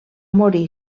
morir